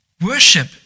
Worship